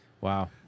Wow